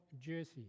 jersey